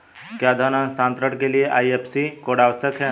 क्या धन हस्तांतरण के लिए आई.एफ.एस.सी कोड आवश्यक है?